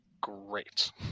great